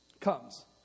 comes